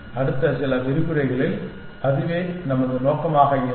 அடுத்த சில விரிவுரைகளில் அதுவே நமது நோக்கமாக இருக்கும்